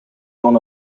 one